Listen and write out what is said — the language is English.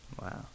Wow